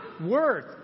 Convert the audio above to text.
worth